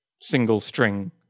single-string